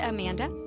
Amanda